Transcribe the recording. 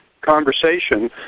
conversation